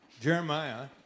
Jeremiah